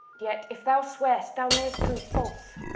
yet if thou swear'st, thou mayst prove false